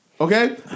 Okay